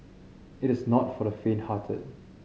it's not for the fainthearted